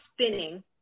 spinning